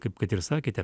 kaip kad ir sakėte